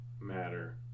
matter